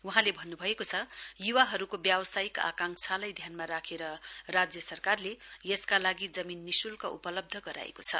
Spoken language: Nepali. वहाँले भन्नुभएको छ युवाहरूको व्यावसायिक आकांक्षालाई ध्यानमा राखेर राज्य सरकारले यसका लागि जमीन निशुल्कः उपलब्ध गराएको छ